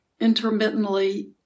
intermittently